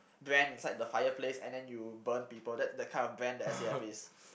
brand inside the fireplace and then you burn people that that kind of brand that S_A_F is